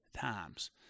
times